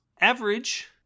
Average